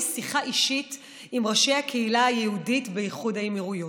שיחה אישית עם ראשי הקהילה היהודית באיחוד האמירויות.